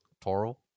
toro